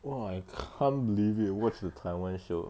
!wah! I can't believe it you watch the taiwan show